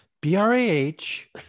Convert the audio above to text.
B-R-A-H